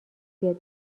بیاد